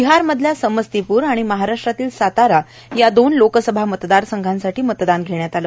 बिहार मधल्या समस्तीपूर आणि महाराष्ट्रातल्या सातारा या दोन लोकसभा मतदारसंघासाठी मतदान झालं